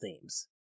themes